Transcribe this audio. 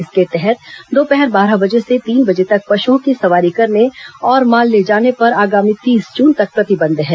इसके तहत दोपहर बारह बजे से तीन बजे तक पशुओं की सवारी करने और माल ले जाने पर आगामी तीस जून तक प्रतिबंध है